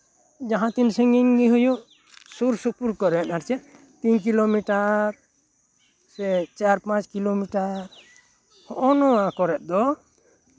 ᱡᱟᱦᱟᱸ ᱛᱤᱱ ᱥᱟ ᱜᱤᱧ ᱜᱮ ᱦᱩᱭᱩᱜ ᱥᱩᱨ ᱥᱩᱯᱩᱨ ᱠᱚᱨᱮᱜ ᱟᱨ ᱪᱮᱫ ᱛᱤᱱ ᱠᱤᱞᱳᱢᱤᱴᱟᱨ ᱥᱮ ᱪᱟᱨ ᱯᱟᱸᱪ ᱠᱤᱞᱳᱢᱤᱴᱟᱨ ᱦᱚᱜᱼᱚᱭ ᱱᱚᱣᱟ ᱠᱚᱨᱮᱜ ᱫᱚ